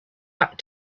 back